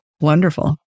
Wonderful